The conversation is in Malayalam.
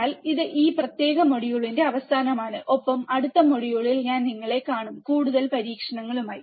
അതിനാൽ ഇത് ഈ പ്രത്യേക മൊഡ്യൂളിന്റെ അവസാനമാണ് ഒപ്പം അടുത്ത മൊഡ്യൂളിൽ ഞാൻ നിങ്ങളെ കാണും കൂടുതൽ പരീക്ഷണങ്ങൾ